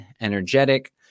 energetic